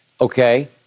Okay